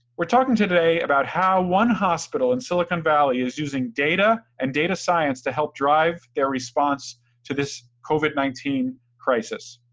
we're talking today about how one hospital in silicon valley is using data and data science to help drive their response to this covid nineteen crisis.